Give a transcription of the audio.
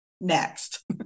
next